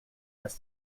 has